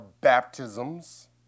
baptisms